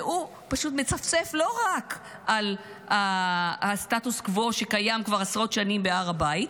והוא מצפצף לא רק על הסטטוס קוו שקיים כבר עשרות שנים בהר הבית,